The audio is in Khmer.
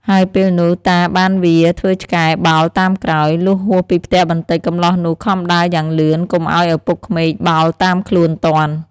ហើយពេលនោះ តាបានវារធ្វើឆ្កែបោលតាមក្រោយ លុះហួសពីផ្ទះបន្តិចកម្លោះនោះខំដើរយ៉ាងលឿន កុំឱ្យឪពុកក្មេកបោលតាមខ្លួនទាន់។